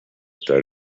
tar